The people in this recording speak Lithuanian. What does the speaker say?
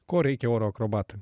ko reikia oro akrobatui